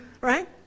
right